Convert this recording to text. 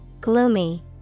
Gloomy